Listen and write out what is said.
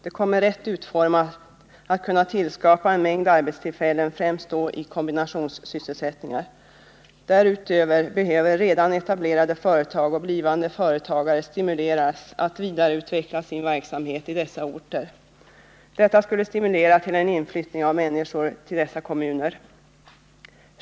Det kommer rätt utformat att kunna tillskapa en mängd arbetstillfällen, främst då i kombinationssysselsättningar. Därutöver behöver redan etablerade företag och blivande företagare stimuleras att vidareutveckla sin verksamhet i dessa orter. Detta skulle stimulera till en inflyttning av människor till dessa kommuner.